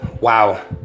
Wow